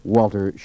Walter